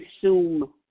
consume